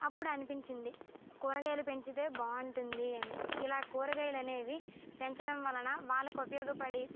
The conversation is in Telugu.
అప్పుడు అనిపించింది కూరగాయలు పెంచితే బాగుంటుంది అని ఇలా కూరగాయలు అనేవి పెంచడం వలన వాళ్లకి ఉపయోగపడి